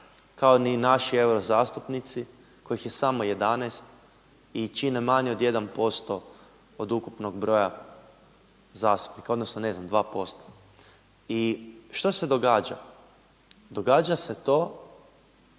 kao ni naši eurozastupnici kojih je samo 11 i čine manje o 1% od ukupnog broja zastupnika odnosno ne znam 2%. I šta se događa? Događa se to